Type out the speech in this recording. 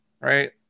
right